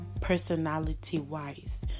personality-wise